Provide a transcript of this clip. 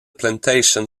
plantation